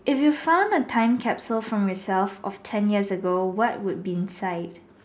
if you found a time capsule from yourself of ten years ago what would be inside